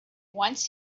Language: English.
once